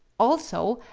also,